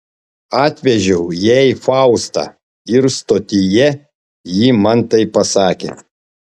atvežiau jai faustą ir stotyje ji man tai pasakė